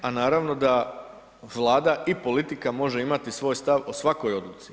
A naravno da Vlada i politika može imati svoj stav o svakoj odluci.